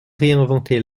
réinventer